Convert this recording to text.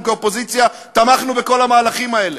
אנחנו כאופוזיציה תמכנו בכל המהלכים האלה,